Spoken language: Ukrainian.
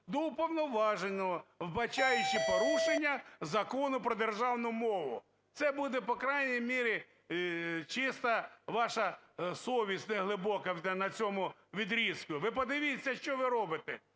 до уповноваженого, вбачаючи порушення Закону про державну мову. Це буде по крайній мірі чиста ваша совість неглибока на цьому відрізку. Ви подивіться. що ви робите,